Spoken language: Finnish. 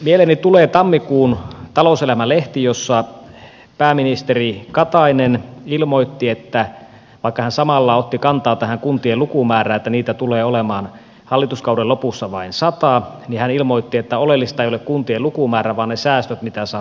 mieleeni tulee tammikuun talouselämä lehti jossa pääministeri katainen ilmoitti vaikka hän samalla otti kantaa tähän kuntien lukumäärään että niitä tulee olemaan hallituskauden lopussa vain sata että oleellista ei ole kuntien lukumäärä vaan ne säästöt jotka saadaan aikaan